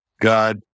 God